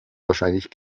wahrscheinlich